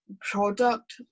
product